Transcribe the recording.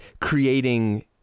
creating